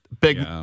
big